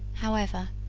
however,